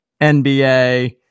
NBA